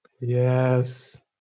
Yes